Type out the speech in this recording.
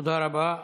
תודה רבה.